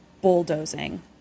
bulldozing